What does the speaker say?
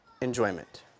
enjoyment